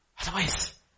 Otherwise